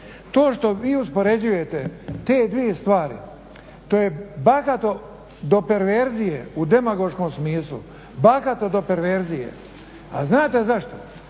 To što vi uspoređujete te dvije stvari, to je bahato do perverzije u demagoškom smislu, bahato do perverzije. A znate zašto?